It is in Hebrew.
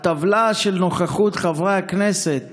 הטבלה של נוכחות חברי הכנסת